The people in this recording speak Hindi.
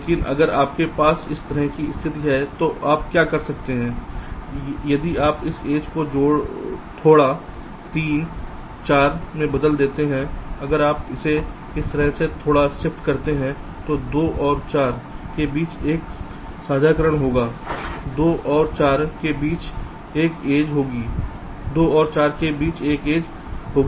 लेकिन अगर आपके पास इस तरह की स्थिति है तो आप क्या कर सकते हैं यदि आप इस एज को थोड़ा 3 4 में बदल देते हैं अगर आप इसे इस तरह से थोड़ा शिफ्ट करते हैं तो 2 और 4 के बीच एक साझाकरण होगा 2 और 4 के बीच एक एज होगी सही में आ रहा है